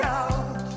out